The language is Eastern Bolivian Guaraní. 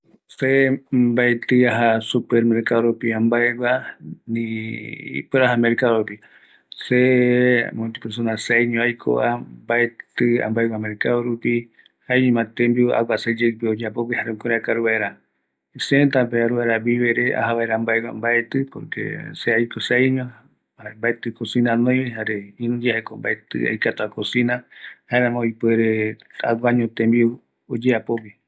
Se mbaetɨi aja ambaegua supermercado rupi, se aguaiño tembiu oyeapogue, seaïño, mbaetɨ aikatu akocina, jäërämo mbaetɨ aja agua cocina peguara